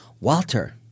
Walter